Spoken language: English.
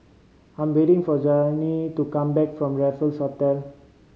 I'm waiting for Jayne to come back from Raffles Hotel